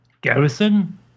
garrison